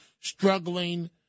struggling